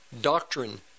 doctrine